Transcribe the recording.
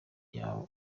yubaha